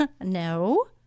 No